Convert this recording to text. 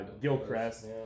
gilcrest